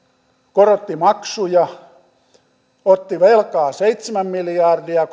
korottivat maksuja koko kuntasektori otti velkaa seitsemän miljardia